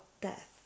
death